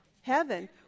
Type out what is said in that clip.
Heaven